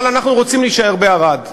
אבל אנחנו רוצים להישאר בערד.